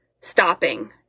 stopping